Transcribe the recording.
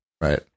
Right